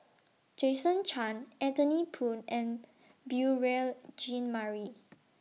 Jason Chan Anthony Poon and Beurel Jean Marie